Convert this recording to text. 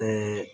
ते